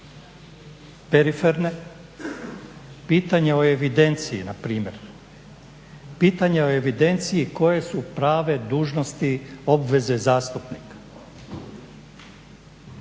periferne. Pitanje o evidenciji npr. koje su prave dužnosti, obveze zastupnika?